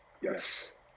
Yes